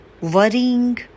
worrying